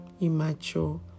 immature